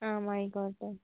ആയിക്കോട്ടെ